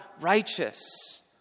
righteous